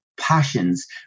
passions